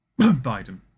Biden